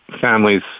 families